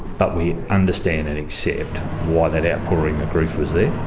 but we understand and accept why that outpouring of grief was there,